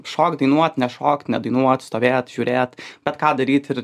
šokt dainuot nešokt nedainuot stovėt žiūrėt bet ką daryt ir